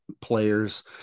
players